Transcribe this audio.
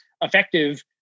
effective